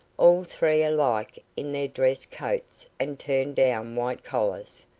all three alike in their dress coats and turned-down white collars,